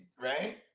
right